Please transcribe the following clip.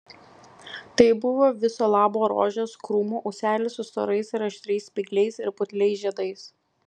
tai buvo viso labo rožės krūmo ūselis su storais ir aštrias spygliais ir putliais žiedais